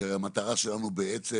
כי הרי המטרה שלנו בעצם